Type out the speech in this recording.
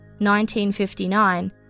1959